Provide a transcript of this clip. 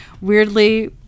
weirdly